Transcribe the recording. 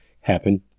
happen